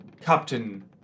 captain